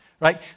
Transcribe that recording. Right